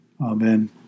Amen